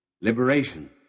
liberation